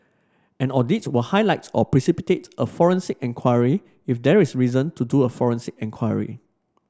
an audit will highlight or precipitate a forensic enquiry if there is reason to do a forensic enquiry